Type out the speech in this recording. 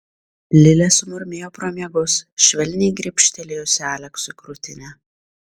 lilė sumurmėjo pro miegus švelniai gribštelėjusi aleksui krūtinę